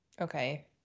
Okay